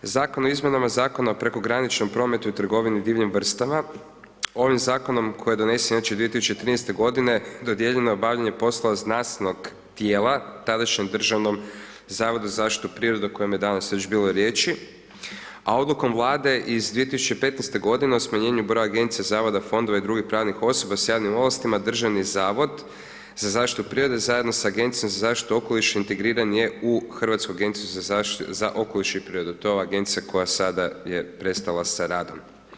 Zakon o izmjenama Zakona o prekograničnom prometu i trgovini divljim vrstama, ovim Zakonom koji je donesen inače 2013.-te godine, dodijeljeno obavljanje poslova s naslovnog tijela, tadašnjem Državnom zavodu za zaštitu prirode o kojem je danas već bilo riječi, a odlukom Vlade iz 2015.-te godine o smanjenju broja Agencija, Zavoda, Fondova i drugih pravnih osoba s javnim ovlastima, Državni zavod za zaštitu prirode zajedno sa Agencijom za zaštitom okoliša, integriran je u Hrvatsku agenciju za okoliš i prirodu, to je ova Agencija je sada je prestala sa radom.